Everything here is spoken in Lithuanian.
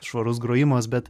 švarus grojimas bet